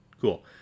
Cool